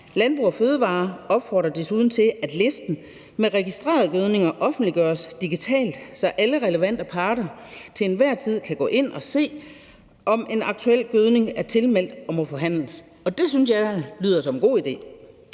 Landbrug & Fødevarer opfordrer desuden til, at listen med registrerede gødninger offentliggøres digitalt, så alle relevante parter til enhver tid kan gå ind og se, om en aktuel gødning er tilmeldt og må forhandles, og det synes jeg lyder som en god idé.